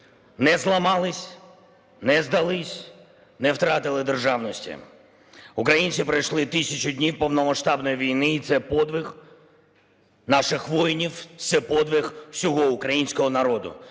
Не зламались, не здались, не втратили державності! Українці пройшли 1000 днів повномасштабної війни, і це подвиг наших воїнів, це подвиг всього українського народу,